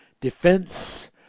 defense